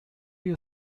you